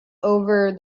over